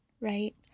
right